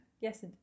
Yes